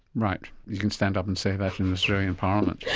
right. you can stand up and say that in australian parliament.